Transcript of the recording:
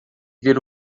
ver